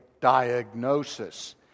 diagnosis